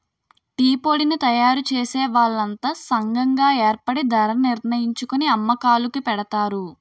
టీపొడిని తయారుచేసే వాళ్లంతా సంగం గాయేర్పడి ధరణిర్ణించుకొని అమ్మకాలుకి పెడతారు